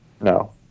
No